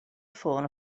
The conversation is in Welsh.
ffôn